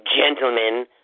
gentlemen